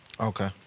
Okay